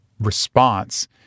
response